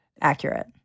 accurate